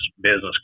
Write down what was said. business